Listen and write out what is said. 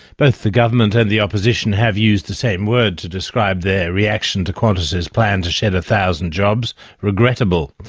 both the government and the opposition have used the same word to describe their reaction to qantas's plan to shed a thousand jobs regrettable.